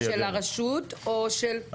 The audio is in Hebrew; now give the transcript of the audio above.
הם של הרשות או של --?